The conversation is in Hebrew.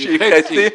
-- היא חצי,